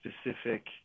specific